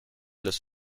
los